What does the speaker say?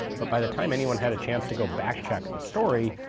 but by the time anyone had a chance to go back-check the story,